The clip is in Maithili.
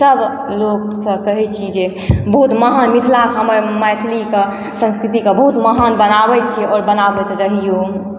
सब लोक सब कहय छी जे बहुत महान मिथिला हमर मैथिलीके संस्कृतिके बहुत महान बनाबय छै आओर बनाबैत रहियौ